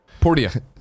Portia